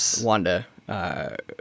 Wanda